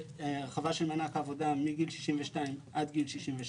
הרחבה של מענק העבודה מגיל 62 עד גיל 67